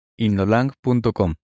inolang.com